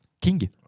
King